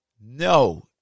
No